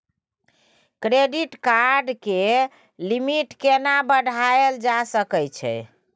Credit card के limit केना बढायल जा सकै छै?